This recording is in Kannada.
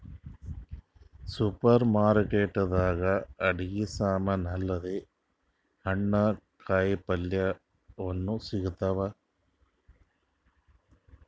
ಸೂಪರ್ ಮಾರ್ಕೆಟ್ ದಾಗ್ ಅಡಗಿ ಸಮಾನ್ ಅಲ್ದೆ ಹಣ್ಣ್ ಕಾಯಿಪಲ್ಯನು ಸಿಗ್ತಾವ್